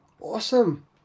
awesome